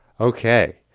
Okay